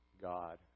God